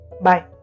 bye